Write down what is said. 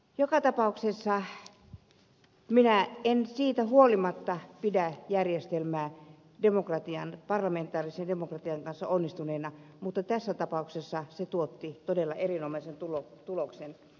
joka tapauksessa minä en siitä huolimatta pidä järjestelmää parlamentaarisen demokratian kannalta onnistuneena mutta tässä tapauksessa se tuotti todella erinomaisen tuloksen